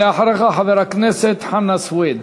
אחריך, חבר הכנסת חנא סוייד.